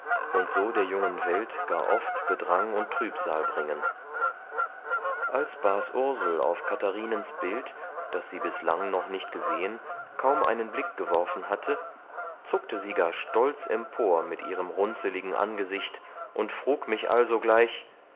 und so der jungen welt gar oft bedrang und trübsal bringen als bas ursel auf katharinens bild das sie bislang noch nicht gesehen kaum einen blick geworfen hatte zuckte sie gar stolz empor mit ihrem runzeligen angesicht und frug mich allsogleich